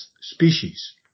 species